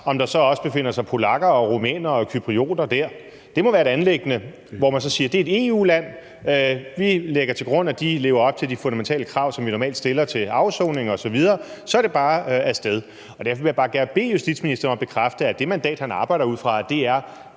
om der så også befinder sig polakker, rumænere og cyprioter der. Det må være et anliggende, hvor man så siger, at det er et EU-land, og vi lægger til grund, at de lever op til de fundamentale krav, som vi normalt stiller til afsoning osv., og så er det bare af sted. Derfor vil jeg bare gerne bede justitsministeren om at bekræfte, at det mandat, han arbejder ud fra, er